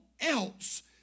else